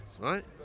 right